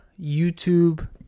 YouTube